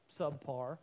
subpar